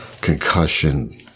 concussion